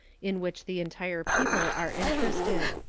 in which the entire people are interested.